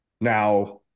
Now